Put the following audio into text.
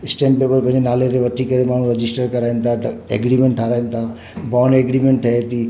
stamp paper पंहिंजे नाले ते वठी करे माण्हू रजिस्टर कराइनि था एग्रीमेंट ठाराहिनि था बॉंड एग्रीमेंट ठहे थी